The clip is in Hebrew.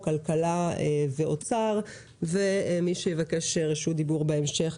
כלכלה ואוצר ואת מי שיבקש רשות דיבור בהמשך.